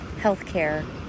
healthcare